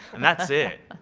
and that's it.